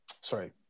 Sorry